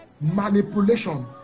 manipulation